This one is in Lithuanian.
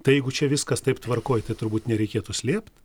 tai jeigu čia viskas taip tvarkoj tai turbūt nereikėtų slėpt